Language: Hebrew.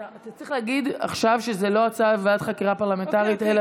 אתה צריך להגיד עכשיו שזו לא הצעה לוועדת חקירה פרלמנטרית אלא,